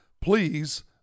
please